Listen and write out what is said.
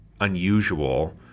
unusual